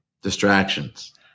distractions